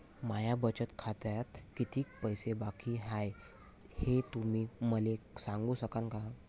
माया बचत खात्यात कितीक पैसे बाकी हाय, हे तुम्ही मले सांगू सकानं का?